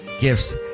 gifts